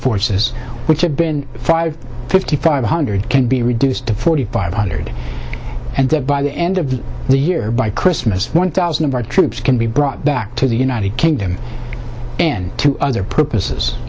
forces which have been five fifty five hundred can be reduced to forty five hundred and that by the end of the year by christmas one thousand of our troops can be brought back to the united kingdom in two other purposes